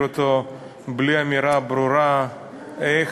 בלי להשאיר אותו בלי אמירה ברורה איך,